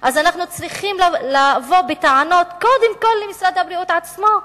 אנחנו צריכים לבוא בטענות קודם כול למשרד הבריאות עצמו,